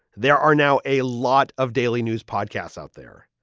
there are now a lot of daily news podcasts out there,